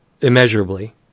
immeasurably